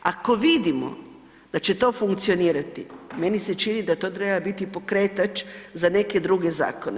Ako vidimo da će to funkcionirati, meni se čini da to treba biti pokretač za neke druge zakone.